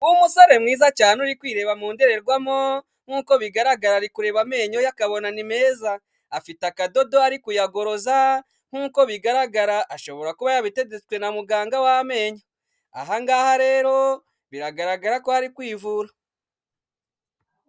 Umusore mwiza cyane uri kwireba mu ndorerwamo nkuko bigaragara ari kureba amenyo ye akabona ni meza, afite akadodo ari kuyagoroza nkuko bigaragara ashobora kuba yarabitegetswe na muganga w'amenyo, aha ngaha rero biragaragara ko ari kwivura.